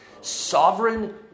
Sovereign